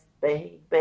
baby